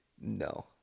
No